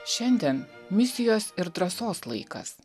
šiandien misijos ir drąsos laikas